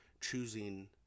choosing